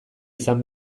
izan